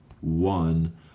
one